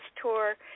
Tour